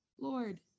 Lord